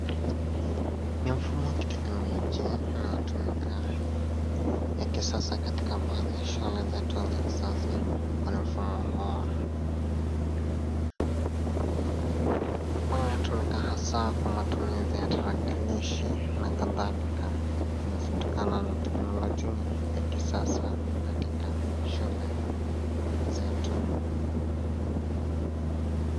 Ni mfumo wa kiteknolojia inayotumika ya kisasa katika baadhi ya shule zetu za kisasa kwani mfumo huo huwa inatumika hasa kwa matumizi ya tarakilishi na kadhalika zinazotokana na teknlojia ya kisasa katika shule zetu.